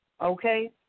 Okay